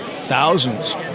thousands